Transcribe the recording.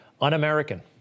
un-American